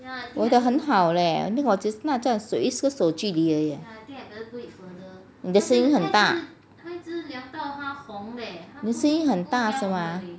我的很好 leh 我只是那象一只手距离而已 eh 你声音很大你声音很大是吗